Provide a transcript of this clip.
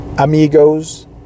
Amigos